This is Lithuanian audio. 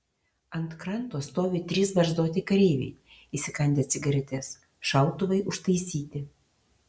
ant kranto stovi trys barzdoti kareiviai įsikandę cigaretes šautuvai užtaisyti